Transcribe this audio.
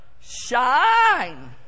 Shine